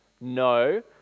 No